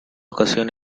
ocasión